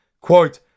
quote